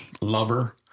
lover